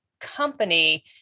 company